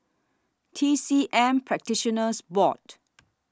T C M Practitioners Board